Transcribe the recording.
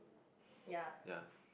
ya